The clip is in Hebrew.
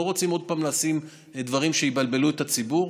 לא רוצים עוד פעם לשים דברים שיבלבלו את הציבור.